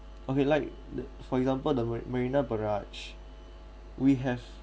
okay like the for example the marina barrage we have